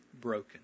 broken